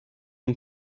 nun